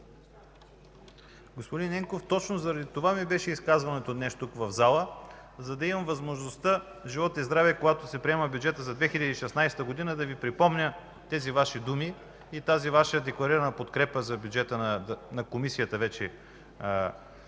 Господин Ненков, точно заради това беше изказването ми днес тук, в залата, за да имам възможността, живот и здраве, когато се приема бюджет за 2016 г., да Ви припомня тези Ваши думи и тази Ваша декларирана подкрепа за бюджета на Комисията.